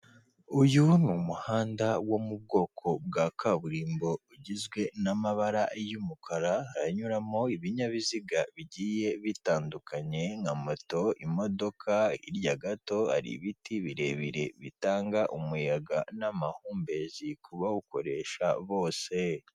Uyu ni umuhanda wo mu bwoko bwa kaburimbo ugizwe n'amabara y'umukara anyuramo ibinyabiziga bigiye bitandukanye nka moto, imodoka hirya gato ari ibiti birebire bitanga umuyaga n'amahumbezi ku bawukoresha bose.